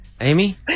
Amy